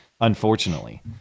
unfortunately